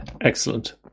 Excellent